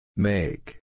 Make